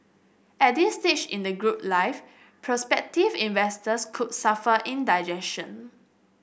at this stage in the group life prospective investors could suffer indigestion